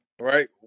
right